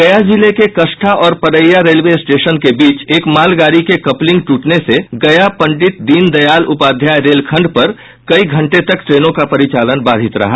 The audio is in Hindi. गया जिले के कष्ठा और परैया रेलवे स्टेशन के बीच एक मालगाड़ी के कपलिंग टूटने से गया पंडित दीनदायल उपाध्याय रेलखंड पर कई घंटे तक ट्रेनों का परिचालन बाधित रहा